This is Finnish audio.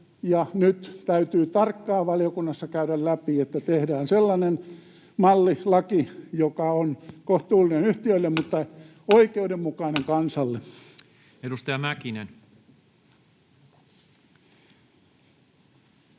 nyt täytyy tarkkaan valiokunnassa käydä läpi, että tehdään sellainen malli, laki, joka on kohtuullinen yhtiöille mutta oikeudenmukainen kansalle. Edustaja Mäkinen.